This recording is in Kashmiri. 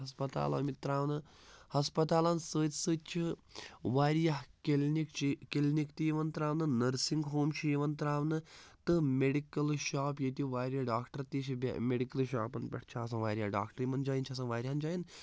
ہَسپَتال آمٕتۍ ترٛاونہٕ ہَسپَتالَن سۭتۍ سۭتۍ چھِ واریاہ کِلنِک چھِ کِلنِک تہِ یِوان ترٛاونہٕ نٔرسِنٛگ ہوم چھِ یِوان ترٛاونہٕ تہٕ میٚڈِکل شاپ ییٚتہِ واریاہ ڈاکٹر تہِ چھِ میٚڈِکل شاپَن پٮ۪ٹھ چھِ آسان واریاہ ڈاکٹر یِمَن جایَن چھِ آسان واریاہَن جایَن